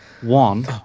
One